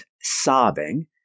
sobbing